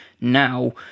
now